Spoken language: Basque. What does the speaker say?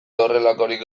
horrelakorik